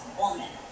woman